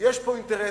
יש פה אינטרסים